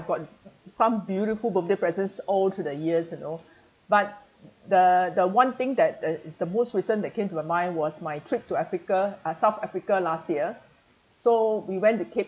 I've got some beautiful birthday presents all through the years you know but the the one thing that uh is the most recent that came to my mind was my trip to africa uh south africa last year so we went to cape